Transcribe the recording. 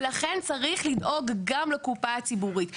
ולכן, צריך לדאוג גם לקופה הציבורית.